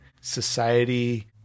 society